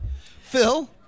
phil